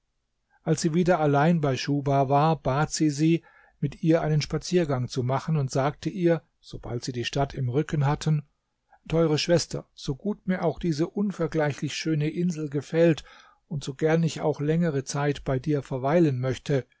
als sie wieder allein bei schuhba war bat sie sie mit ihr einen spaziergang zu machen und sagte ihr sobald sie die stadt im rücken hatten teure schwester so gut mir auch diese unvergleichlich schöne insel gefällt und so gern ich auch längere zeit bei dir verweilen möchte